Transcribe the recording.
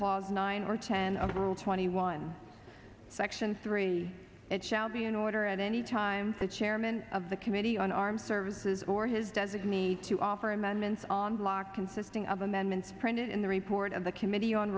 clause nine or ten of rule twenty one section three it shall be an order at any time the chairman of the committee on armed services or his designee to offer amendments on block consisting of amendments printed in the report of the committee on